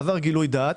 זה עבר גילוי דעת.